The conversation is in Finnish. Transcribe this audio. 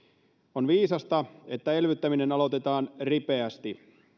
on viisasta että elvyttäminen aloitetaan ripeästi